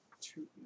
two